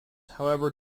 however